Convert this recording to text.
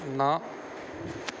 ਨਾ